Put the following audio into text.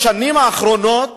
בשנים האחרונות